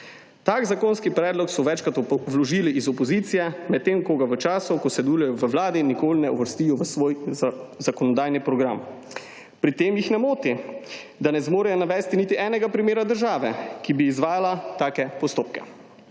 Tak zakonski predlog so večkrat vložili iz opozicije, medtem ko ga v času, ko sodelujejo v vladi, nikoli ne uvrstijo v svoj zakonodajni program. Pri tem jih ne moti, da ne zmorejo navesti niti enega primera države, ki bi izvajala take postopke.